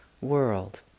world